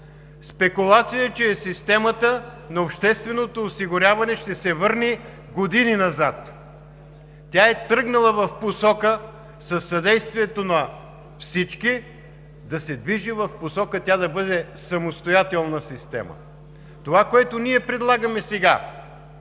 Спекулация е, че системата на общественото осигуряване ще се върне години назад. Тя е тръгнала със съдействието на всички да се движи в посока да бъде самостоятелна система. Това, което ние предлагаме сега